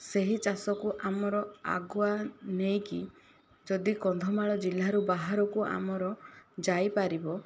ସେହି ଚାଷକୁ ଆମର ଆଗୁଆ ନେଇକି ଯଦି କନ୍ଧମାଳ ଜିଲ୍ଲାରୁ ବାହାରକୁ ଆମର ଯାଇପାରିବ